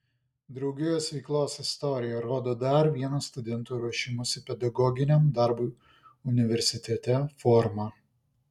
draugijos veiklos istorija rodo dar vieną studentų ruošimosi pedagoginiam darbui universitete formą